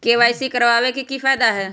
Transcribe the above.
KYC करवाबे के कि फायदा है?